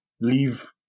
leave